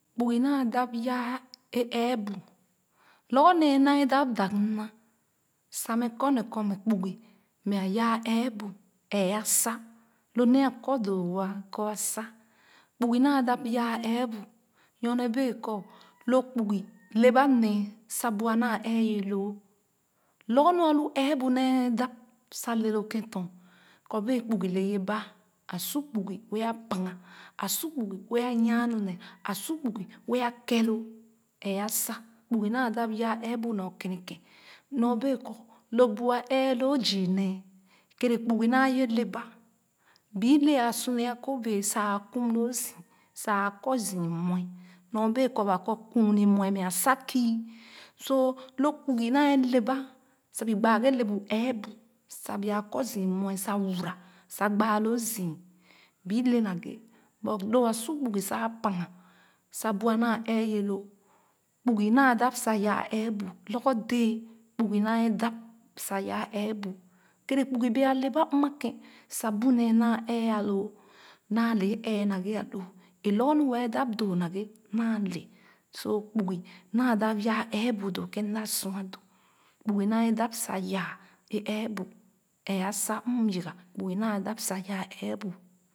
Kpugi naa dap yaa ee ɛɛ bu lorgor nee na ee dap dag mna sa mɛ kone kɔ mɛ kpugi mɛ yaa ɛɛbu ɛɛh a saa lo nee a kɔ doo-wo kɔ a saan kpugi naa dap yaa ɛɛbu nyor ne bee kɔ loo kpugi le ba nee sa bua naa ɛɛ-ye-loo lorgor nu a lo ɛɛbu nee dap sa le lo kèn tɔn kɔ bee kpugi le ye ba a su kpugi bee a paga a su kpugi bee a nyaa nu ne a su kpugi bee a ke loo ee a saan kpugi naa dap yaa eebu bu nyɔ-kene kèn nyɔ-bee kɔ lo bu ɛɛ loo zii nee kere kpugi naa yɛ le ba bii le a sune akobɛɛ sa kum loo zii sa āā kɔ zii mue nyɔ bee kɔ ba kɔ kuuni mue ne a sa kii so lo kpugi naa le ba sa bi gba ghe le bu ɛɛbu sa bi āā kɔ zii mue sa wura sa gbaalo zii bi le naghe but lo a su kpugi sa a paga sa bua naa ɛɛ ye loo kpugi naa dap sa yaa ɛɛbu lorgor dɛe kpugi naa dap sa ya ɛɛbu lorgor dɛɛ kpugi naa dap sa yaa ɛɛbu kerɛ kpugi bee a le ba sa m ma kèn sa bu nee naa ɛɛ a loo naa le ee ɛɛ naghe a loo ee lorgor nu wɛɛ dap doo nag he naa le so kpugi naa dap yaa ɛɛbu doo kèn m da sua doo kpugi naa ee dap yaa ee ɛɛbu ɛɛ a saan m yiga kpugi n aa dap sa yaa ɛɛbu.